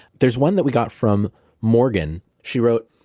there's one that we got from morgan. she wrote,